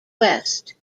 west